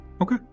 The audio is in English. Okay